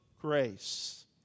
grace